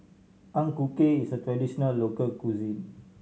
Ang Ku Kueh is a traditional local cuisine